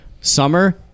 summer